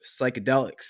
psychedelics